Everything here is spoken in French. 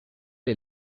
est